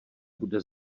bude